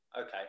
okay